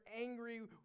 angry